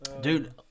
Dude